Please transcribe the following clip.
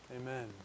Amen